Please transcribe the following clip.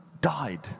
died